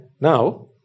Now